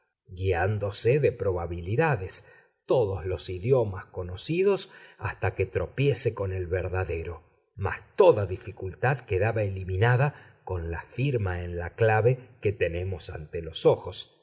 guiándose de probabilidades todos los idiomas conocidos hasta que tropiece con el verdadero mas toda dificultad quedaba eliminada con la firma en la clave que tenemos ante los ojos